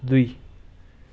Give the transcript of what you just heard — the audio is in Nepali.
दुई